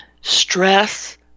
Stress